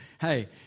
hey